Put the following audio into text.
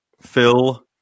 Phil